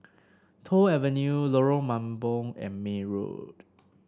Toh Avenue Lorong Mambong and May Road